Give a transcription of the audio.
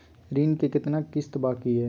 ऋण के कितना किस्त बाकी है?